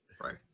Right